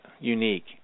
unique